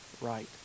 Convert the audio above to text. right